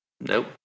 Nope